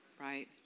Right